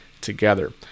together